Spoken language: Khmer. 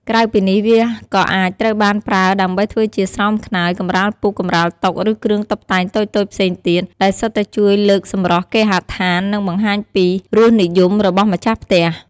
ក្រៅពីនេះ វាក៏អាចត្រូវបានប្រើដើម្បីធ្វើជាស្រោមខ្នើយ កម្រាលពូក កម្រាលតុ ឬគ្រឿងតុបតែងតូចៗផ្សេងទៀត ដែលសុទ្ធតែជួយលើកសម្រស់គេហដ្ឋាន និងបង្ហាញពីរសនិយមរបស់ម្ចាស់ផ្ទះ។